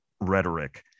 rhetoric